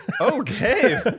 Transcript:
Okay